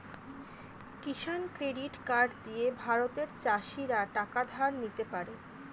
কিষান credit card দিয়ে ভারতের চাষীরা টাকা ধার নিতে পারে